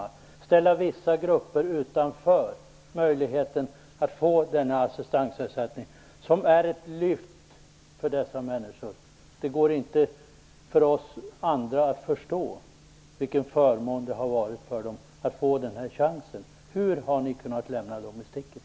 Hur kan ni ställa vissa grupper utanför möjligheten att få assistansersättning? Den är ett lyft för dessa människor. Det går inte för oss andra att förstå vilken förmån det har varit för dem att få den chansen. Hur har ni kunnat lämna dem i sticket?